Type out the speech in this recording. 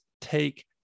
take